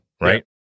right